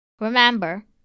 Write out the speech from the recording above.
Remember